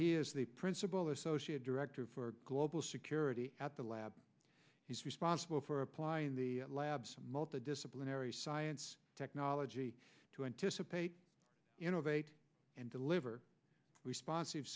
he is the principal associate director for global security at the lab he's responsible for applying the labs multidisciplinary science technology to anticipate innovate and deliver responsive